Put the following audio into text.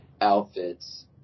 outfits